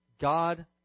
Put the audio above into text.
God